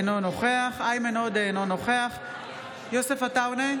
אינו נוכח איימן עודה, אינו נוכח יוסף עטאונה,